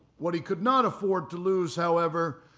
what he could not afford to lose, however,